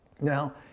Now